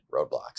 roadblocks